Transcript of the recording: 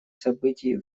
событий